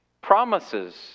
promises